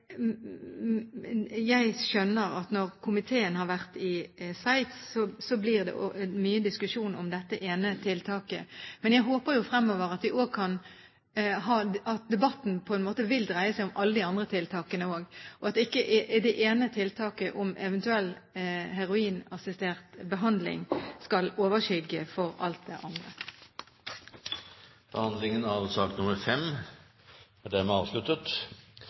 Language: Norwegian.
når komiteen har vært i Sveits, blir det mye diskusjon om dette ene tiltaket. Men jeg håper at debatten fremover vil dreie seg om alle de andre tiltakene også, at ikke det ene tiltaket om eventuell heroinassistert behandling skal overskygge alt det andre. Behandlingen av sak nr. 5 er dermed avsluttet.